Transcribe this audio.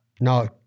no